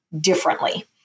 differently